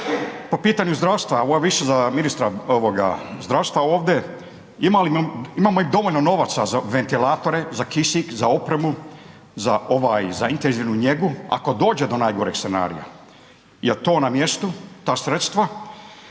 Po pitanju zdravstva, ovo je više za ministra ovoga zdravstva ovde, imamo li dovoljno novaca za ventilatore, za kisik, za opremu, za ovaj, za intenzivnu njegu ako dođe do najgoreg scenarija? Jel to na mjestu, ta sredstva?